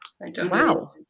Wow